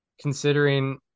considering